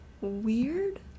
Weird